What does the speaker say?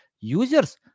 users